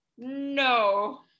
no